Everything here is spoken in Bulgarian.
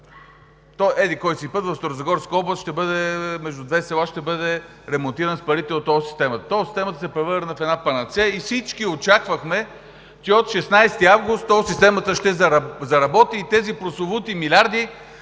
че еди-кой си път в Старозагорска област между две села ще бъде ремонтиран с парите от тол системата. Тол системата се превърна в една панацея и всички очаквахме, че от 16 август тол системата ще заработи и тези прословути милиарди,